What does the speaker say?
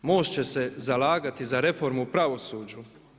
MOST će se zalagati za reformu u pravosuđu.